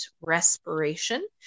respiration